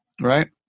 right